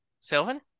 Sylvan